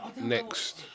next